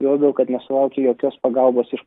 juo labiau kad nesulauki jokios pagalbos iš